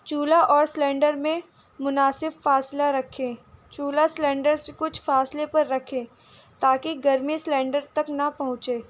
چولہا اور سلنڈر میں مناسب فاصلہ رکھیں چولہا سلنڈر سے کچھ فاصلے پر رکھیں تاکہ گرمی سلنڈر تک نہ پہنچے